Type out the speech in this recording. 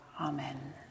Amen